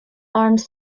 arms